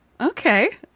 Okay